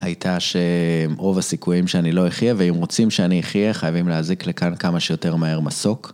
הייתה שרוב הסיכויים שאני לא אחיה, ואם רוצים שאני אחיה חייבים להזעיק לכאן כמה שיותר מהר מסוק.